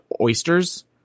oysters